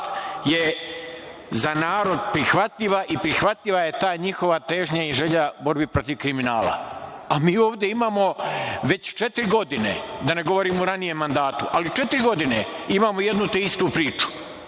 je za narod prihvatljiva i prihvatljiva je ta njihova težnja i želja u borbi protiv kriminala, a mi ovde imamo već četiri godine, da ne govorim o ranijem mandatu, ali četiri godine imamo jednu te istu priču.